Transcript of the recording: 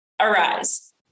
arise